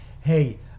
hey